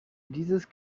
dieses